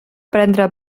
prendre